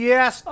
Yes